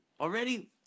already